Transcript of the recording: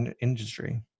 industry